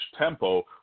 tempo